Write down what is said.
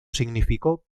significó